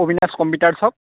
Kabin Das computer shop